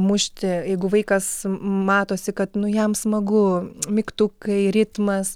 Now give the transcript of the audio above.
mušti jeigu vaikas matosi kad jam smagu mygtukai ritmas